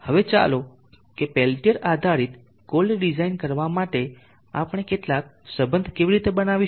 હવે ચાલો જોઈએ કે પેલ્ટીઅર આધારિત કોલ્ડ ડિઝાઇન કરવા માટે આપણે કેટલાક સંબંધ કેવી રીતે બનાવીશું